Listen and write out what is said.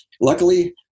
luckily